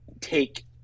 take